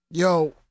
Yo